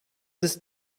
ist